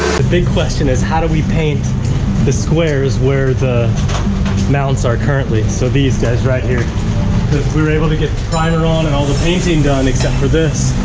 the big question is, how do we paint the squares where the mounts are currently? so these guys right here. because we were able to get primer on and all the painting done except for this.